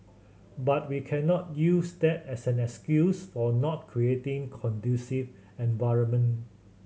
but we cannot use that as an excuse for not creating conducive environment